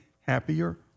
happier